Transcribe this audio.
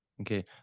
Okay